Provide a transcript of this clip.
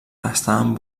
estaven